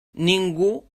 ningú